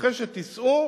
אחרי שתיסעו